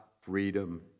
Freedom